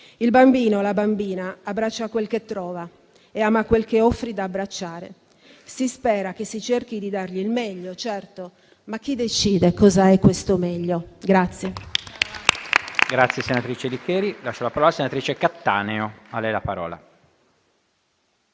«Il bambino, la bambina, abbraccia quel che trova e ama quel che offri da abbracciare. Si spera che si cerchi di dargli il meglio, certo. Ma chi decide cosa è questo meglio?».